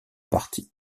partie